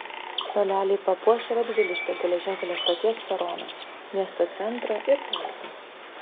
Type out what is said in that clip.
suoleliai papuoš radviliškio geležinkelio stoties peroną miesto centrą ir parką